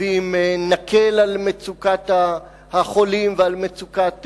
ואם נקל על מצוקת החולים ועל מצוקת